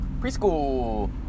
preschool